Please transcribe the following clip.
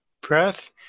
breath